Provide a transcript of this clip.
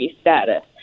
status